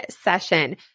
session